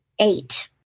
eight